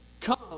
Come